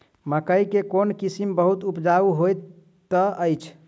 मकई केँ कोण किसिम बहुत उपजाउ होए तऽ अछि?